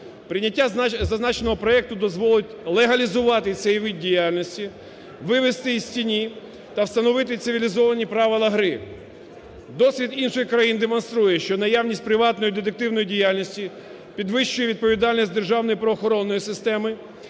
Прийняття зазначеного проекту дозволить легалізувати цей вид діяльності, вивести із тіні та встановити цивілізовані правила гри. Досвід інших країн демонструє, що наявність приватної детективної діяльності підвищує відповідальність державної правоохоронної системи